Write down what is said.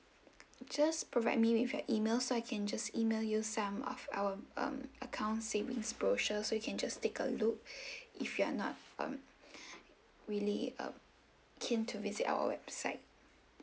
just provide me with your email so I can just email you some of our um account savings brochure so you can just take a look if you are not um really um keen to visit our website